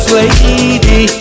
lady